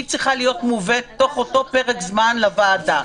היא צריכה להיות מובאת תוך אותו פרק זמן לוועדה.